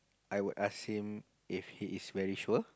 I would ask him if he is very sure